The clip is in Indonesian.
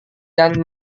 dan